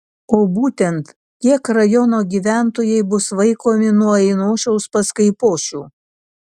o būtent kiek rajono gyventojai bus vaikomi nuo ainošiaus pas kaipošių